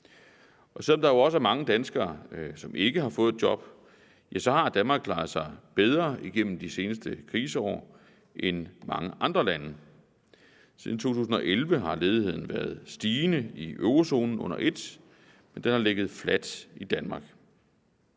Selv om der også er mange danskere, der ikke har fået et job, har Danmark klaret sig bedre igennem de seneste kriseår end mange andre lande. Siden 2011 har ledigheden været stigende i eurozonen under ét, men udviklingen i ledigheden har ligget fladt i Danmark.